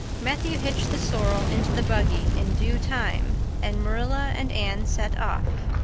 matthew hitched the sorrel into the buggy in due time and marilla and anne set off.